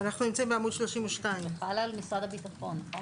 אנחנו נמצאים בעמוד 32. אפשר להעיר בינתיים משהו על ספק מקצוע?